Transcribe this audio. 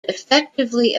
effectively